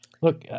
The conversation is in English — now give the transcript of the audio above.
Look